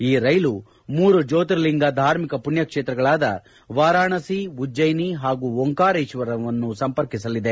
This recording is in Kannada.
ಈ ರೈಲು ಮೂರು ಜ್ಯೋರ್ತಿಲಿಂಗ ಧಾರ್ಮಿಕ ಪುಣ್ಣ ಕ್ಷೇತ್ರಗಳಾದ ವಾರಾಣಸಿ ಉಜ್ಜೈನಿ ಹಾಗೂ ಓಂಕಾರೇಶ್ವರವನ್ನು ಸಂಪರ್ಕಿಸಲಿದೆ